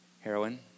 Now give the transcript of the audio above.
Heroin